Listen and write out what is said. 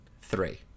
three